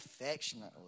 affectionately